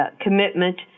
commitment